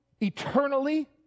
eternally